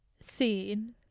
seen